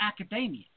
academia